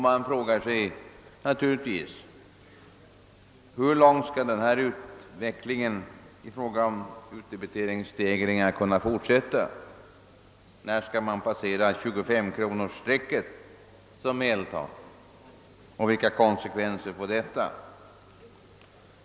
Man frågar sig naturligtvis: Hur långt skall denna utveckling i fråga om utdebiteringsstegringar kunna fortsätta? När skall man passera 25-kronorsstrecket som medeltal och vilka konsekvenser får detta?